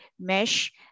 mesh